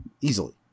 Easily